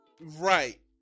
Right